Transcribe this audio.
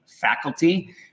faculty